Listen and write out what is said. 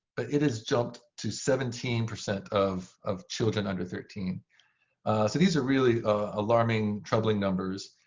but it has jumped to seventeen percent of of children under thirteen. so these are really alarming, troubling numbers.